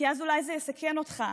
כי אז אולי זה יסכן אותם.